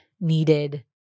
needed